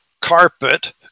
carpet